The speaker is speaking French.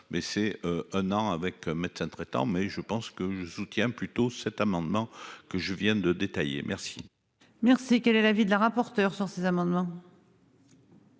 c'est un an avec un médecin traitant mais je pense que je soutiens plutôt cet amendement que je viens de détailler, merci. Merci. Quel est l'avis de la rapporteure sur ces amendements.--